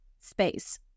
space